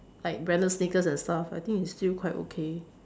like branded sneakers and stuff I think it's still quite okay